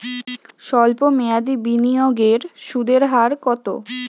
সল্প মেয়াদি বিনিয়োগের সুদের হার কত?